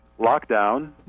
lockdown